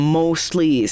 mostly